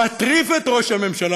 מטריף את ראש הממשלה,